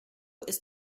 ist